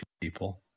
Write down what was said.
people